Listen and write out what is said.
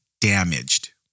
damaged